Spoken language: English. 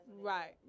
Right